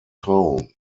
trauung